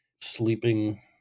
sleeping